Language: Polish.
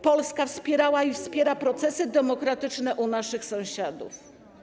Polska wspierała i wspiera procesy demokratyczne u naszych sąsiadów.